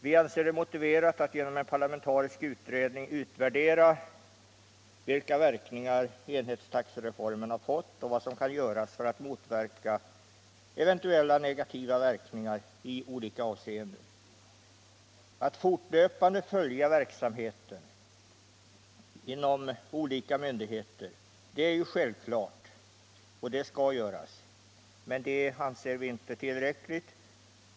Vi anser det motiverat att genom en parlamentarisk utredning utvärdera vilka verkningar enhetstaxereformen har fått och vad som kan göras för att motverka eventuella negativa effekter i olika avseenden. Det är självklart att man fortlöpande skall följa verksamheten inom olika myndigheter. Men det är inte tillräckligt.